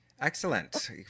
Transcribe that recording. Excellent